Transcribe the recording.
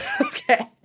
okay